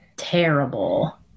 Terrible